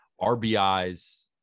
RBIs